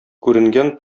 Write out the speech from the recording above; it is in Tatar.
күренгән